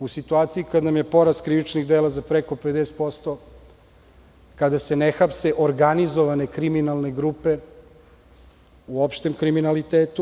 U situaciji kada nam je porast krivičnih dela za preko 50%, kada se ne hapse organizovane kriminalne grupe, u opštem kriminalitetu.